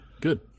good